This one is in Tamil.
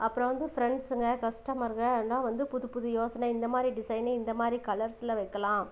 அப்புறம் வந்து ஃப்ரெண்ட்ஸுங்க கஷ்டமருங்கனா வந்து புது புது யோசனை இந்த மாதிரி டிசைன்னு இந்த மாதிரி கலர்ஸில் வைக்கலாம்